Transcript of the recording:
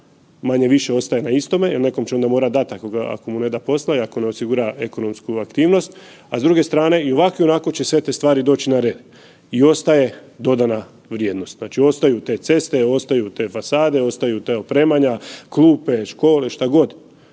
manje-više ostaje na istome jer nekom će onda morati dat ako mu ne da posla i ako ne osigura ekonomsku aktivnost, a s druge strane i ovako i onako će sve te stvari doći na red i ostaje dodatna vrijednost, znači ostaju te ceste, ostaju te fasade, ostaju ta opremanja, klupe, škole, šta god.